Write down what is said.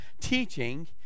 teaching